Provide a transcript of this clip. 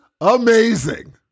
amazing